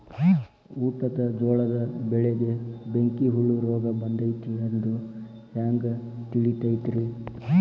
ಊಟದ ಜೋಳದ ಬೆಳೆಗೆ ಬೆಂಕಿ ಹುಳ ರೋಗ ಬಂದೈತಿ ಎಂದು ಹ್ಯಾಂಗ ತಿಳಿತೈತರೇ?